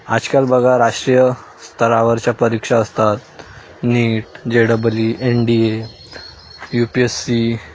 आजकाल बघा राष्ट्रीय स्तरावरच्या परीक्षा असतात NEET JEE double E N D A U P S C